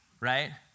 right